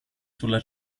sulla